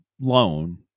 loan